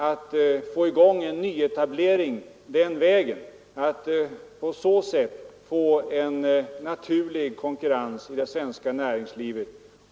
Det är nödvändigt att få i gång en nyetablering.